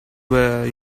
were